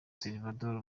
salvator